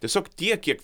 tiesiog tiek kiek